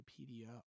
Wikipedia